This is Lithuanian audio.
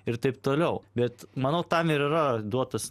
ir taip toliau bet manau tam ir yra duotas